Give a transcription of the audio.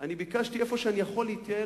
איפה שאני יכול להתייעל,